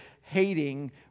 hating